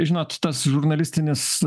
žinot tas žurnalistinis